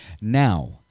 now